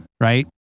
Right